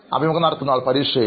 അഭിമുഖം നടത്തുന്നയാൾ പരീക്ഷയിൽ